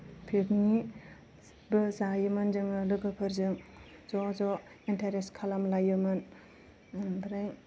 picnic बो जायोमोन जोङो लोगोफोरजों ज' ज' इन्टारेस खालामलायोमोन ओमफ्राय